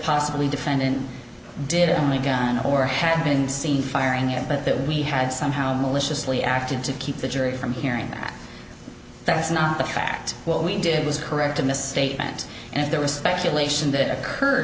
possibly defendant did in the gun or have been seen firing it but that we had somehow maliciously acted to keep the jury from hearing that that's not the fact what we did was correct in this statement and if there was speculation that occurred